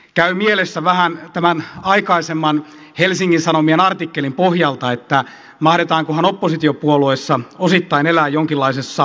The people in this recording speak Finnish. käy mielessä vähän tämän aikaisemman helsingin sanomien artikkelin pohjalta että mahdetaankohan oppositiopuolueissa osittain elää jonkinlaisessa kuplassa